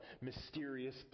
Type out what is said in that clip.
mysterious